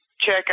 check